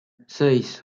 seis